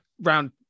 round